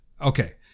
Okay